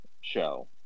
show